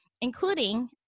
including